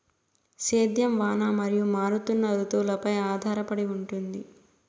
సేద్యం వాన మరియు మారుతున్న రుతువులపై ఆధారపడి ఉంటుంది